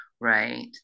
right